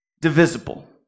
divisible